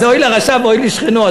אז אוי לרשע ואוי לשכנו,